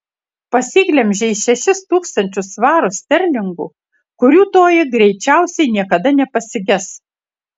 pasiglemžei šešis tūkstančius svarų sterlingų kurių toji greičiausiai niekada nepasiges